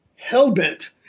hellbent